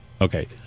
Okay